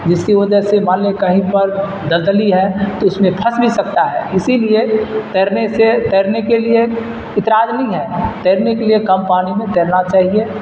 جس کی وجہ سے مان لیا کہیں پر دلدلی ہے تو اس میں پھنس بھی سکتا ہے اسی لیے تیرنے سے تیرنے کے لیے اعتراض نہیں ہے تیرنے کے لیے کم پانی میں تیرنا چاہیے